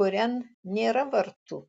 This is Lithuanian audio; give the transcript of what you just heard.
kurian nėra vartų